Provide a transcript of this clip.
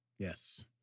Yes